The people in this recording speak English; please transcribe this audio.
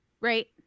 Right